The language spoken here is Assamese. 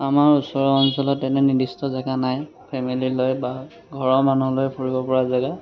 আমাৰ ওচৰৰ অঞ্চলত তেনে নিৰ্দিষ্ট জেগা নাই ফেমেলি লৈ বা ঘৰৰ মানুহ লৈ ফুৰিব পৰা জেগা